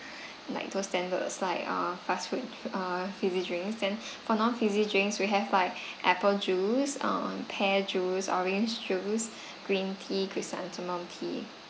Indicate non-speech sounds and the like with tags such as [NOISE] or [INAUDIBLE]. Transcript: [BREATH] like those standards like uh fast food d~ uh fizzy drinks then [BREATH] for non-fizzy drinks we have like [BREATH] apple juice um pear juice orange juice [BREATH] green tea chrysanthemum tea